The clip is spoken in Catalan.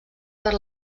per